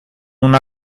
una